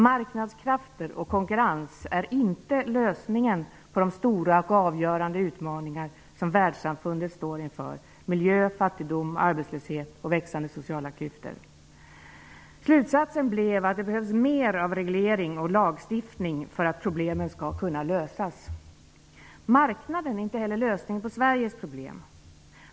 Marknadskrafter och konkurrens är inte lösningen på de stora och avgörande utmaningar som världssamfundet står inför -- miljö, fattigdom, arbetslöshet och växande sociala klyftor. Slutsatsen blev att det behövs mer av reglering och lagstiftning för att problemen skall kunna lösas. Marknaden är inte heller lösningen på Sveriges problem.